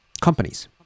companies